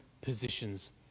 positions